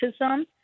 racism